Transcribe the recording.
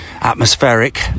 atmospheric